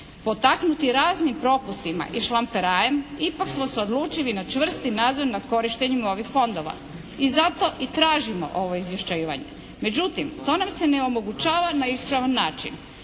Potaknuti raznim propustima i šlamperajem ipak smo se odlučili na čvrsti nadzor nad korištenjem ovih fondova. I zato i tražimo ovo izvješćivanje. Međutim, to nam se ne omogućava na ispravan način.